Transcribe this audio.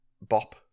bop